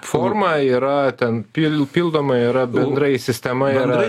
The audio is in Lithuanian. forma yra ten pil pildoma yra bendrai sistema yra